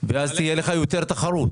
ואז תהיה לך יותר תחרות.